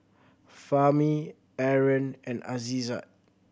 Fahmi Aaron and Aizat